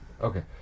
Okay